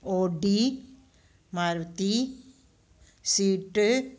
ओ डी मारुति सीट